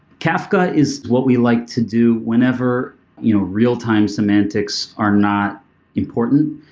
kafka is what we like to do whenever you know real-time semantics are not important.